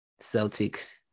celtics